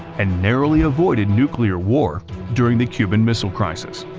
and narrowly avoided nuclear war during the cuban missile crisis.